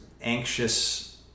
anxious